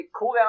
cooldown